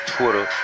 Twitter